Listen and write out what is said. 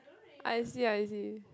I see I see